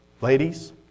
Ladies